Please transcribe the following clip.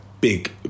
big